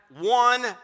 one